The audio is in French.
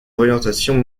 orientations